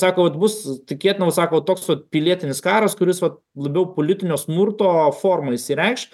sako vat bus tikėtina va sako toks vat pilietinis karas kuris vat labiau politinio smurto forma išsireikš